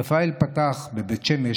רפאל פתח בבית שמש,